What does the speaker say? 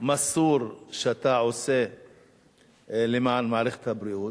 המסור שלך למען מערכת הבריאות.